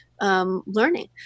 learning